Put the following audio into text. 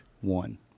one